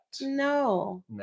No